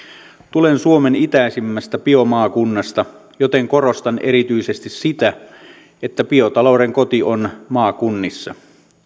tulen suomen itäisimmästä biomaakunnasta joten korostan erityisesti sitä että biotalouden koti on maakunnissa